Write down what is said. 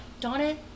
Donna